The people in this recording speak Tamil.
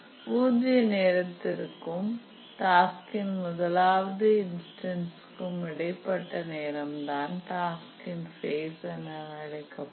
பூஜ்ஜிய நேரத்திற்கும் டாஸ்க்கின் முதலாவதுஇன்ஸ்டன்ட்சுக்கும் இடைப்பட்ட நேரம் தான் டாஸ்க் இன் பேஸ்phase என அழைக்க படும்